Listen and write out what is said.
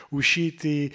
usciti